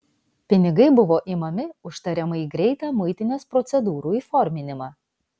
pinigai buvo imami už tariamai greitą muitinės procedūrų įforminimą